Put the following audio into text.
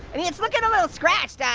i mean, it's lookin' a little scratched,